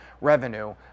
revenue